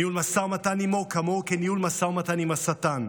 ניהול משא ומתן עימו כמוהו כניהול משא ומתן עם השטן.